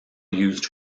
used